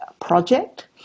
project